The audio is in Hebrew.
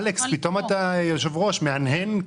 אלכס, פתאום אתה יושב-ראש, מהנהן.